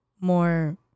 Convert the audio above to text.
more